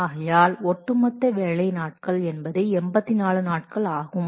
ஆகையால் ஒட்டு மொத்த வேலை நாட்கள் என்பது 84 நாட்கள் ஆகும்